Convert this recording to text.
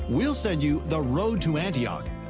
we'll send you the road to antioch,